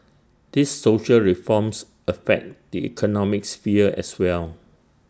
these social reforms affect the economic sphere as well